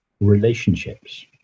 relationships